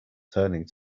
turning